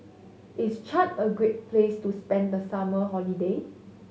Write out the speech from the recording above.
is Chad a great place to spend the summer holiday